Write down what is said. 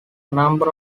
number